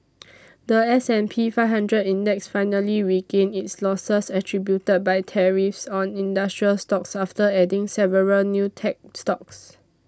the S and P Five Hundred Index finally regained its losses attributed by tariffs on industrial stocks after adding several new tech stocks